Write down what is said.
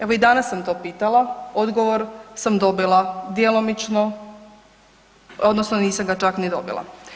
Evo, i danas sam to pitala, odgovor sam dobila djelomično, odnosno nisam ga čak ni dobila.